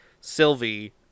Sylvie